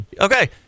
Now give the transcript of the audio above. Okay